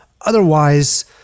Otherwise